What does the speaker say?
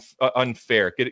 unfair